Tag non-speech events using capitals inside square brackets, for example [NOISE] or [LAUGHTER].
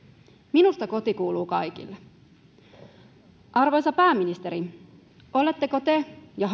minusta koti kuuluu kaikille arvoisa pääministeri oletteko te ja [UNINTELLIGIBLE]